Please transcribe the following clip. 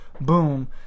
Boom